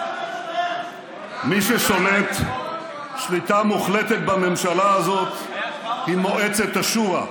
מי ששולטת שליטה מוחלטת בממשלה הזאת היא מועצת השורא.